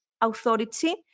authority